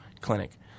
clinic